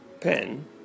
pen